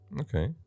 Okay